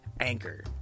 Anchor